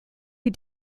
you